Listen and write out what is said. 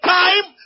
time